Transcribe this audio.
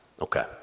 okay